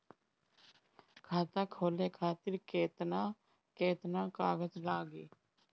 खाता खोले खातिर केतना केतना कागज लागी?